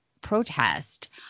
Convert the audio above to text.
protest